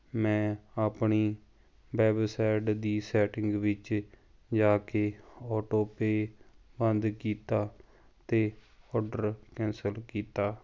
ਮੈਂ ਆਪਣੀ ਵੈੱਬਸਾਈਡ ਦੀ ਸੈਟਿੰਗ ਵਿੱਚ ਜਾ ਕੇ ਔਟੋਪੇਅ ਬੰਦ ਕੀਤਾ ਅਤੇ ਔਡਰ ਕੈਂਸਲ ਕੀਤਾ